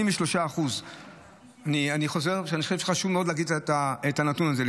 83% אני חוזר כי אני חושב שחשוב מאוד להגיד את הנתון הזה.